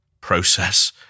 process